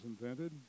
invented